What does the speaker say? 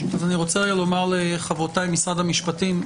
אז אני רוצה רגע לומר לחברותי במשרד המשפטים,